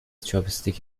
چاپستیک